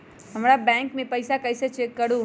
हमर बैंक में पईसा कईसे चेक करु?